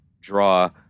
draw